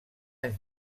anys